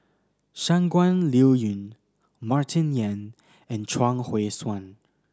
Shangguan Liuyun Martin Yan and Chuang Hui Tsuan